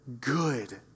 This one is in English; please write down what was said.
good